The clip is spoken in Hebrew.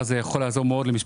חשוב מאוד,